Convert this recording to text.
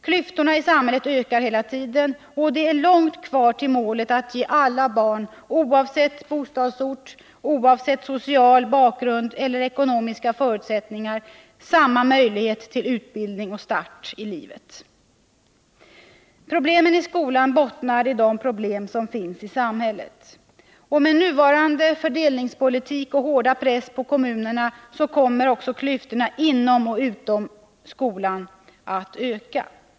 Klyftorna i samhället ökar hela tiden, och det är långt kvar till målet att kunna ge alla barn, oavsett bostadsort, social bakgrund eller ekonomiska förutsättningar, samma möjlighet till utbildning och start i livet. Problemen i skolan bottnar i de problem som finns i samhället. Med nuvarande fördelningspolitik och hårda press på kommunerna kommer också klyftorna inom och utom skolan att öka.